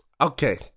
Okay